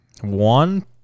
One